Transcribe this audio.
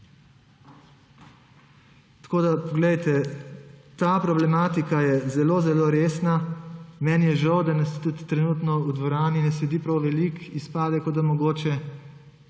ta problematika je zelo zelo resna. Meni je žal, da nas tudi trenutno v dvorani ne sedi prav veliko, izpade, kot da mogoče